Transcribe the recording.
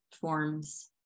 forms